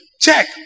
Check